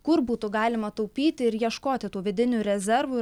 kur būtų galima taupyti ir ieškoti tų vidinių rezervų